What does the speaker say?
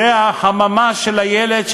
זו החממה של הילד,